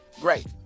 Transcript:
Great